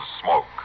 smoke